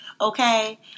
Okay